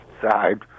side